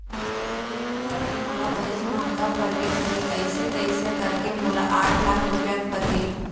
tractor ह तो मोला बनेच महँगा परगे भाई अइसे तइसे करके मोला आठ लाख रूपया परगे